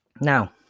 Now